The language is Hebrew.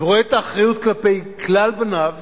ורואה את האחריות כלפי כלל בניו